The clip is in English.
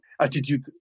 attitude